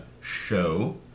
Show